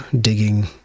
digging